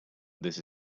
this